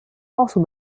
also